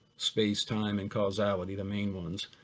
space, time, and causality, the main ones,